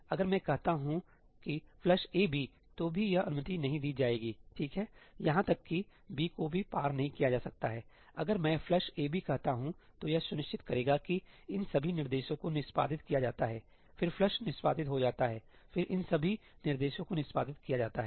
अगर मैं कहता हूं कि 'flushab ' तो भी यह अनुमति नहीं दी जाएगी ठीक है यहां तक कि 'b' को भी पार नहीं किया जा सकता है अगर मैं 'flushab'कहता हूं तो यह सुनिश्चित करेगा कि इन सभी निर्देशों को निष्पादित किया जाता है फिर फ्लश निष्पादित हो जाता है फिर इन सभी निर्देशों को निष्पादित किया जाता है